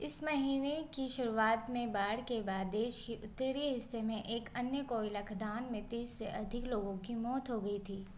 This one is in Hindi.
इस महीने की शुरुआत में बाढ़ के बाद देश के उत्तरी हिस्से में एक अन्य कोयला खदान में तीस से अधिक लोगों की मौत हो गई थी